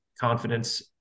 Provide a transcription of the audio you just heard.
confidence